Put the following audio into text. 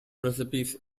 recipes